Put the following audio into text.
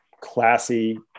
Classy